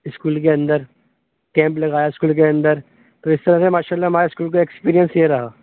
school کے اندر camp لگایا اسکول کے اندر تو اس طرح سے ماشاء اللہ ہمارا اسکول کا ایکسپریئنس یہ رہا